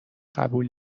قبول